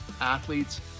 athletes